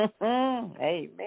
Amen